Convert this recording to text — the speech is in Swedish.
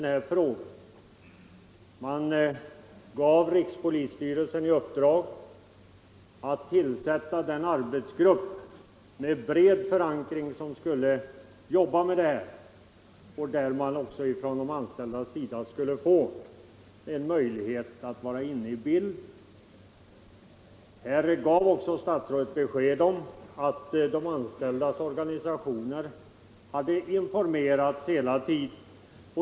Man gav rikspolisstyrelsen i uppdrag att tillsätta den arbetsgrupp med bred förankring som skulle jobba med detta och genom vilken de anställda skulle få möjlighet att komma in i bilden. Statsrådet gav också besked om att de anställdas organisationer hela tiden har informerats.